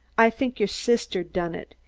i think your sister done it.